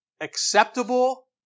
acceptable